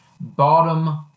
Bottom